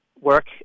work